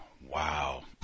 wow